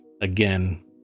again